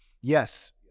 Yes